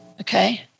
okay